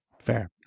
Fair